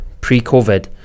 pre-COVID